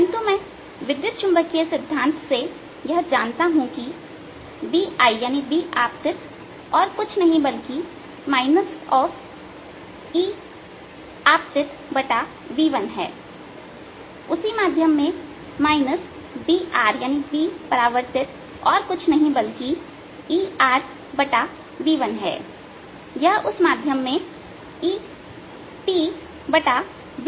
परंतु मैं विद्युत चुंबकीय सिद्धांत से यह जानता हूं किBI और कुछ नहीं बल्कि EIv1है उसी माध्यम में BR और कुछ नहीं बल्किERv1 है यह उस माध्यम में ETv2 के समान होना चाहिए